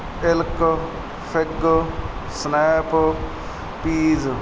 ਇਲਕ fig snap peas